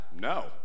No